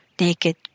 naked